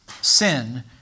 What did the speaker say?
Sin